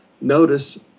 Notice